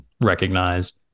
recognized